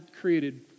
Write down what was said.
created